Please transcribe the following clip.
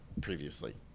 previously